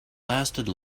lasted